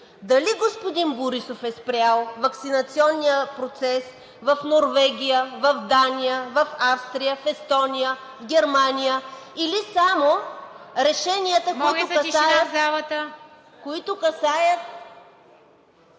дали господин Борисов е спрял ваксинационния процес в Норвегия, в Дания, в Австрия, в Естония, в Германия, или само решенията… (Реплика от